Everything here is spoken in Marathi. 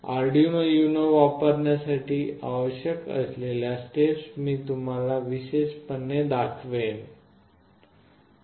अरुडिनो युनो बोर्ड वापरण्यासाठी आवश्यक असलेल्या स्टेप्स मी तुम्हाला विशेष पणे दाखवेन आहे